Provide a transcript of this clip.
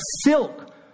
silk